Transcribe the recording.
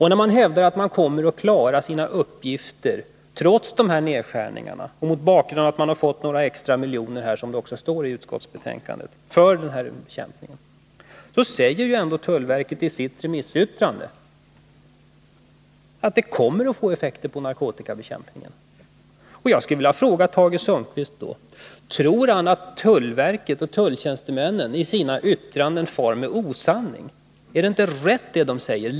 När man trots de här nedskärningarna hävdar att tullverket kommer att klara sina uppgifter mot bakgrund av att verket fått några extra miljoner för bekämpning av narkotikasmugglingen, som det står i utskottsbetänkandet, vill jag erinra om att tullverket i sitt remissyttrande säger att den föreslagna anslagstilldelningen kommer att få negativa effekter på narkotikabekämpningen. Jag skulle vilja fråga Tage Sundkvist: Tror Tage Sundkvist att tullverket och tulltjänstemännen i sina yttranden far med osanning? Är det inte rätt det som de säger?